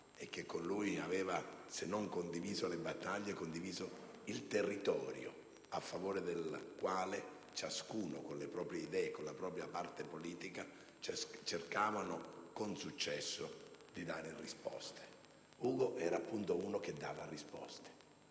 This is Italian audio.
e con lui aveva - se non condiviso le battaglie - condiviso il territorio, ai problemi del quale, ciascuno con le proprie idee e per la propria parte politica, cercavano con successo di dare risposte. Ugo era appunto una persona che dava risposte.